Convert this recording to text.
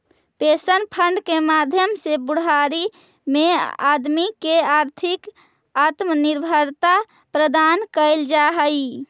pension fund के माध्यम से बुढ़ारी में आदमी के आर्थिक आत्मनिर्भरता प्रदान कैल जा हई